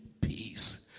peace